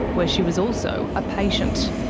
where she was also a patient.